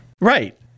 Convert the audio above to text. right